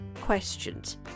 questions